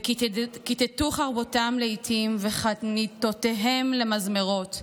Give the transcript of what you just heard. וכתתו חרבותם לאתים וחניתותיהם למזמרות,